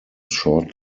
short